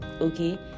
okay